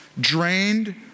drained